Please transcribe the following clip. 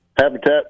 Habitat